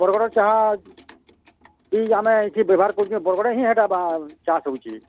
ବରଗଡ଼ର ଚାହା ଏଇ ଆମେ ଏଇଠି ବ୍ୟବହାର୍ କରୁଛୁ ବରଗଡ଼ରେ ହିଁ ହେଟା ବା ଚାଷ୍ ହେଉଛି